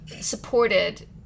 supported